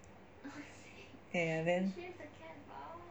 er ya then